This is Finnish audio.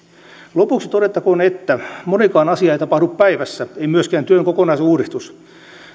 lopuksi todettakoon että monikaan asia ei tapahdu päivässä ei myöskään työn kokonaisuudistus